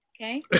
okay